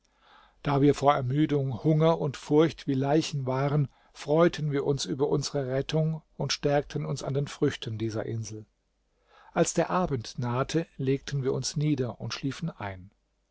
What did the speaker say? da wir vor ermüdung hunger und furcht wie leichen waren freuten wir uns über unsere rettung und stärkten uns an den früchten dieser insel als der abend nahte legten wir uns nieder und schliefen ein